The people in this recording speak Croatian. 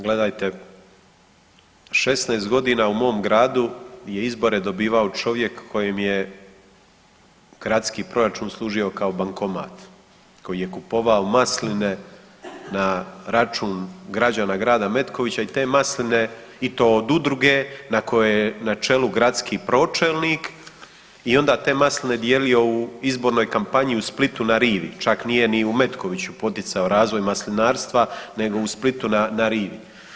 Gledajte, 16.g. u mom gradu je izbore dobivao čovjek kojem je gradski proračun služio kao bankomat, koji je kupovao masline na račun građana grada Metkovića i te masline i to od udruge na kojoj je na čelu gradski pročelnik i onda te masline dijelio u izbornoj kampanji u Splitu na rivi, čak nije ni u Metkoviću poticao razvoj maslinarstva nego u Splitu na rivi.